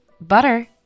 butter